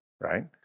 right